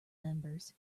members